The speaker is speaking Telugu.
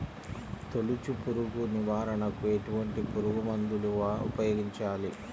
తొలుచు పురుగు నివారణకు ఎటువంటి పురుగుమందులు ఉపయోగించాలి?